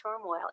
turmoil